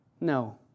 No